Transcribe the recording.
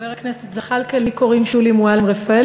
חבר הכנסת זחאלקה, לי קוראים שולי מועלם-רפאלי.